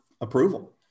approval